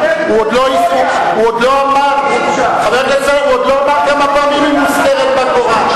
הוא עוד לא אמר כמה פעמים היא מוזכרת בקוראן.